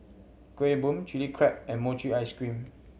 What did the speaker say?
Kueh Bom Chili Crab and mochi ice cream